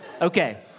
Okay